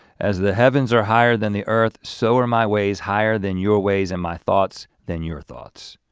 as the heavens are higher than the earth so are my ways higher than your ways and my thoughts than your thoughts.